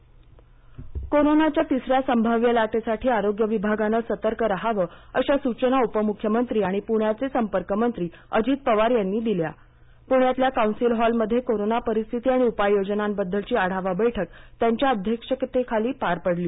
तिसरी लाट पवार कोरोनाच्या तिसऱ्या संभाव्य लाटेसाठी आरोग्य विभागानं सतर्क रहावं अशा सूचना उपमुख्यमंत्री आणि पुण्याचे संपर्कमंत्री अजित पवार यांनी दिल्या पुण्यातल्या काऊन्सिल हॉलमध्ये कोरोना परिस्थिती आणि उपाययोजनांबद्दलची आढावा बैठक त्यांच्या अध्यक्षतेखाली पार पडली